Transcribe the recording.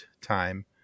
time